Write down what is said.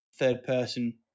third-person